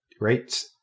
right